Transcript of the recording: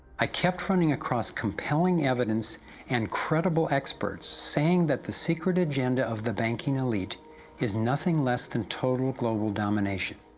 i kept running across compelling evidence and credible experts, saying that the secret agenda of the banking elite is nothing less than total global domination.